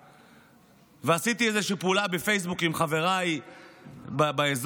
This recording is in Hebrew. ועשיתי איזושהי פעולה בפייסבוק עם חבריי באזור,